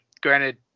granted